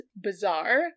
bizarre